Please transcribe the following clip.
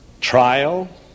trial